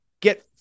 Get